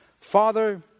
Father